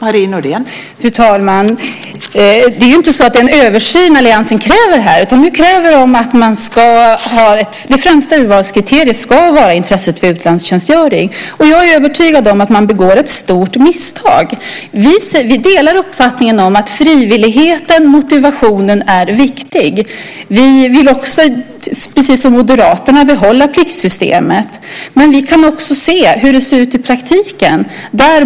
Fru talman! Det är inte så att det är en översyn som alliansen här kräver, utan det handlar om att det främsta urvalskriteriet ska vara intresset för utlandstjänstgöring. Jag är övertygad om att man begår ett stort misstag. Vi delar uppfattningen att frivillighet och motivation är viktigt. Precis som Moderaterna vill också vi behålla pliktsystemet, men vi kan även se hur det ser ut i praktiken.